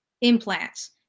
implants